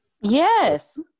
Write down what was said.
Yes